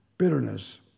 Bitterness